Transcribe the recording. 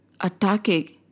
attacking